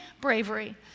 bravery